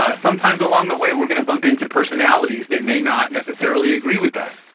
ah sometimes along the way we're going to bump into personalities that may not necessarily agree with us,